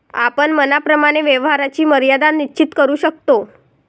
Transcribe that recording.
आपण मनाप्रमाणे व्यवहाराची मर्यादा निश्चित करू शकतो